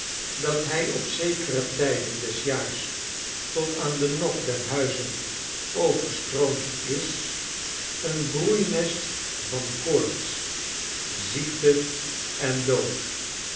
dat hi op zekere tijden des jaars tot aan de nok der huizen overstroomd is een broeinest van koorts ziekte en dood